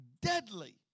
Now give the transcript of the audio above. deadly